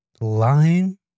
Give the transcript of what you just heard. lying